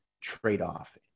trade-off